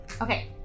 Okay